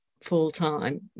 full-time